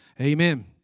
Amen